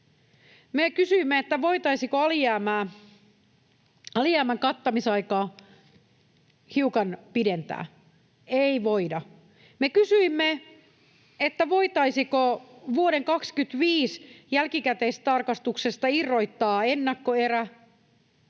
Me kysyimme, voitaisiinko alijäämän kattamisaikaa hiukan pidentää. Ei voida. Me kysyimme, voitaisiinko vuoden 25 jälkikäteistarkastuksesta irrottaa ennakkoerä,